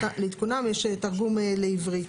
יש תרגום לעברית.